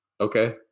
okay